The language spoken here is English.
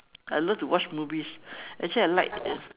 I love to watch movies actually I like